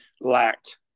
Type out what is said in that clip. lacked